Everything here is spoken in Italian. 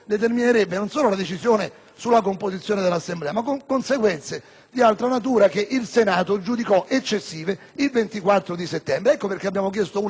sulla composizione dell'Assemblea, ma avrebbe conseguenze di altra natura che il Senato giudicò eccessive lo scorso 24 settembre. Ecco perché abbiamo proposto una questione